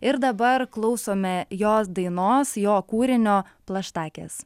ir dabar klausome jo dainos jo kūrinio plaštakės